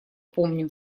помню